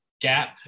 gap